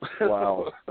Wow